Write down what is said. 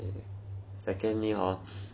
and secondly hor